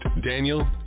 Daniel